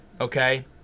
okay